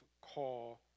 call